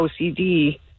OCD